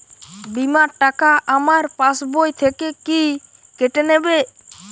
বিমার টাকা আমার পাশ বই থেকে কি কেটে নেবে?